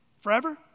Forever